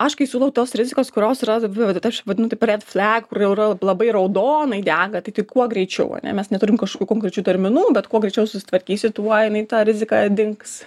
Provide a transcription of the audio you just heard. aš kai siūlau tos rizikos kurios yra v vat aš vadinu taip red flag kur yra labai raudonai dega tai tai kuo greičiau ane mes neturime kažkokių konkrečių terminų bet kuo greičiau susitvarkysi tuo jinai ta rizika dings